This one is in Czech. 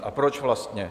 A proč vlastně?